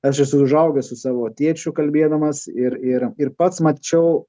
aš esu užaugęs su savo tėčiu kalbėdamas ir ir ir pats mačiau